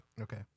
okay